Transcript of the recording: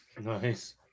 Nice